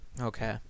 Okay